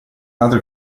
altre